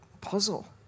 puzzle